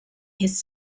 his